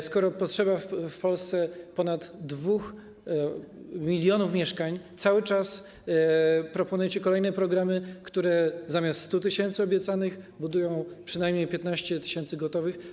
Dlaczego, skoro potrzeba w Polsce ponad 2 mln mieszkań, cały czas proponujecie kolejne programy, które zamiast 100 tys. obiecanych budują przynajmniej 15 tys. gotowych?